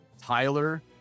Tyler